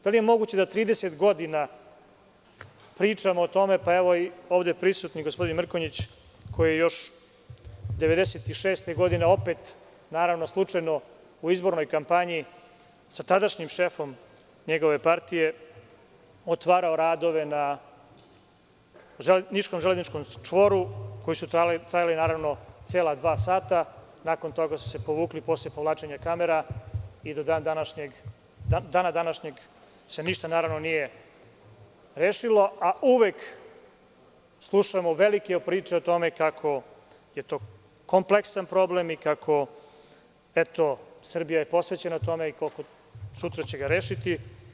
Da li je moguće da 30 godina pričamo o tome, pa evo i ovde prisutni gospodin Mrkonjić, koji je još 1996. godine opet, naravno slučajno, u izbornoj kampanji sa tadašnjim šefom njegove partije otvarao radove na niškom železničkom čvoru koji su trajali cela dva sata, a nakon toga su se povukli posle povlačenja kamera i do dana današnjeg se ništa nije rešilo, a uvek slušamo velike priče o tome kako je to kompleksan problem, kako je Srbija posvećena tome i koliko sutra će ga rešiti?